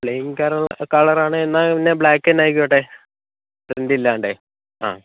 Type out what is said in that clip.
plain colour colour ആണ് എന്നാൽ പിന്നെ ബ്ലാക്ക് തന്നെ ആയിക്കോട്ടേ പ്രിന്റ് ഇല്ലാണ്ടെ ആ